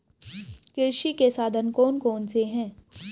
कृषि के साधन कौन कौन से हैं?